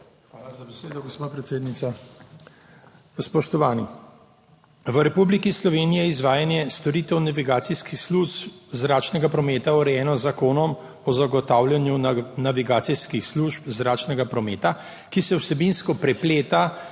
Hvala za besedo, gospa predsednica. Spoštovani! V Republiki Sloveniji je izvajanje storitev navigacijskih služb zračnega prometa urejeno z Zakonom o zagotavljanju navigacijskih služb zračnega prometa, ki se vsebinsko prepleta